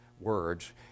words